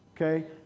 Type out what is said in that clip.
Okay